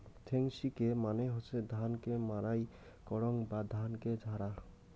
থ্রেশিংকে মানে হসে ধান কে মাড়াই করাং বা ধানকে ঝাড়া